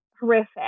horrific